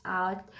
out